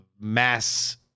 mass